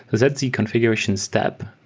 that's the configuration step.